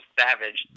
savage